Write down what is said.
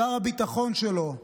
שר הביטחון שלו,